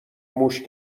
موش